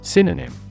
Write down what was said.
Synonym